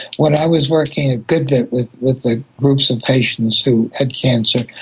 when i was working a good bit with with ah groups of patients who had cancer,